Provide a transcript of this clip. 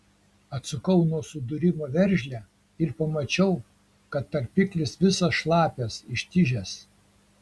atsukau nuo sudūrimo veržlę ir pamačiau kad tarpiklis visas šlapias ištižęs